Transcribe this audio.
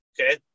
okay